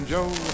Joe